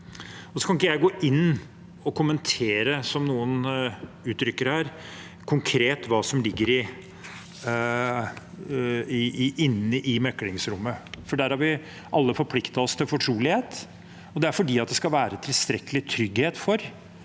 Jeg kan ikke gå inn og kommentere, som noen uttrykker det her, konkret hva som ligger inne i meklingsrommet, for der har vi alle forpliktet oss til fortrolighet. Det er fordi det skal være tilstrekkelig trygghet for